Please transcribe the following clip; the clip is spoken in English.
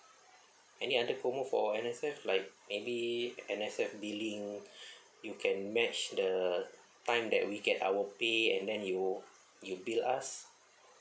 any other promo for N_S_F like maybe N_S_F billing you can match the time that we get our pay and then you you bill us